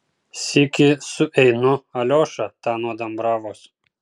sykį sueinu aliošą tą nuo dambravos